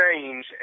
change